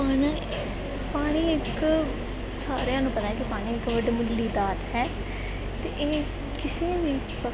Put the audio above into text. ਪਾਣੀ ਪਾਣੀ ਇੱਕ ਸਾਰਿਆਂ ਨੂੰ ਪਤਾ ਹੈ ਕਿ ਪਾਣੀ ਇੱਕ ਵੱਡਮੁੱਲੀ ਦਾਤ ਹੈ ਅਤੇ ਇਹ ਕਿਸੇ ਵੀ ਵਕਤ